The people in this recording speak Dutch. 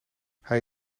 hij